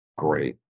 Great